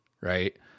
right